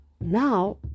now